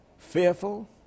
Fearful